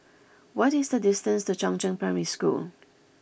what is the distance to Chongzheng Primary School